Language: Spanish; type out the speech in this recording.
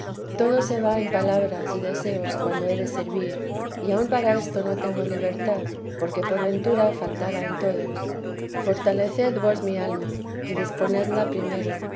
todo se va en palabras y deseos cuando he de servir y aun para esto no tengo libertad porque por ventura faltara en todos fortaleced vos mi alma y disponedla primero